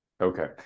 Okay